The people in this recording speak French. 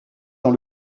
dans